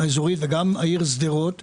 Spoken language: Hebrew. תודה רבה לך,